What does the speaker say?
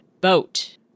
boat